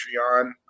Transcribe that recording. patreon